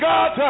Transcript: God